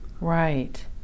Right